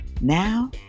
Now